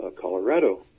Colorado